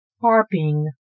Harping